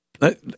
Let